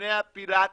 מכוני הפילטיס,